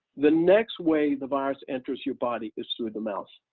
the next way the virus enters your body is through the mouth.